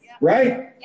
right